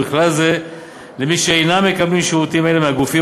ובכלל זה למי שאינם מקבלים שירותים אלה מהגופים